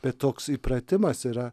bet toks įpratimas yra